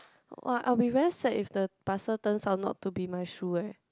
[wah] I will be very sad if the parcel turns out not to be my shoes eh